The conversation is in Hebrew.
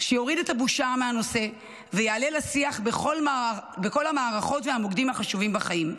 שיוריד את הבושה מהנושא ויעלה לשיח בכל המערכות והמוקדים החשובים בחיים.